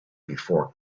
before